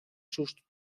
sus